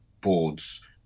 boards